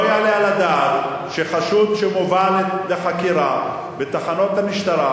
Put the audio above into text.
לא יעלה על הדעת שחשוד שמובא לחקירה בתחנות המשטרה,